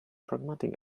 pragmatic